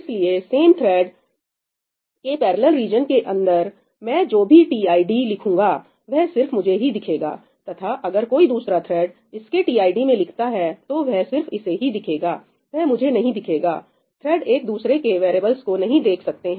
इसलिए same thread के parallel region के अंदर मैं जो भी टीआईडी में लिखूंगा वह सिर्फ मुझे ही दिखेगा तथा अगर कोई दूसरा थ्रेड इसके टीआईडी में लिखता है तो वह सिर्फ इसे ही दिखेगा वह मुझे नहीं दिखेगा थ्रेड एक दूसरे के वैरियेबल्स को नहीं देख सकते हैं